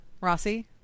Rossi